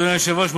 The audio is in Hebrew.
אדוני היושב-ראש,